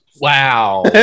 wow